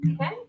Okay